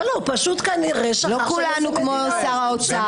לא כולנו כמו שר האוצר.